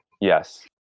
Yes